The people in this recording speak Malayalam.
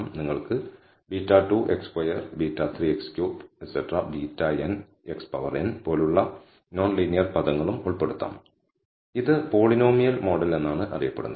നിങ്ങൾക്ക് β2 x2 β3 x3 βn xn പോലുള്ള നോൺ ലീനിയർ പദങ്ങളും ഉൾപ്പെടുത്താം ഇത് പോളിനോമിയൽ മോഡൽ എന്നാണ് അറിയപ്പെടുന്നത്